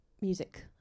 music